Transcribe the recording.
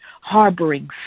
harboring